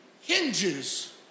hinges